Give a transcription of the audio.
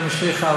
זה משליך,